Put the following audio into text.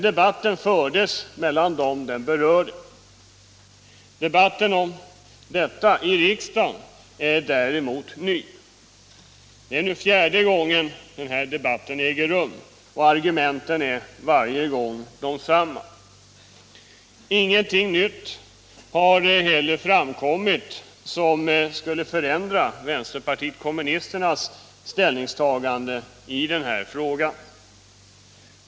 Debatten fördes då mellan dem som den berörde. Den debatt om kollektivanslutning som förts i riksdagen är däremot ny. Det är nu fjärde gången den äger rum, och argumenten är varje gång desamma. Ingenting nytt har heller framkommit som skulle för 89 ändra vänsterpartiet kommunisternas ställningstagande i denna fråga.